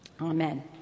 Amen